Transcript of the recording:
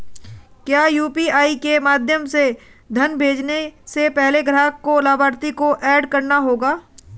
क्या यू.पी.आई के माध्यम से धन भेजने से पहले ग्राहक को लाभार्थी को एड करना होगा?